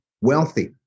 wealthy